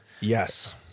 Yes